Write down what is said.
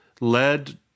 led